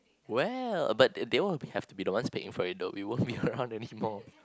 well but the~ they will be have to be the ones paying though we won't be around anymore